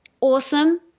awesome